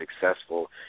successful